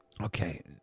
Okay